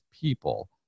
People